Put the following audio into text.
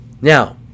Now